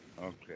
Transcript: Okay